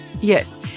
Yes